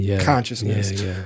consciousness